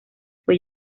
fue